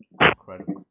Incredible